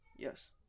Yes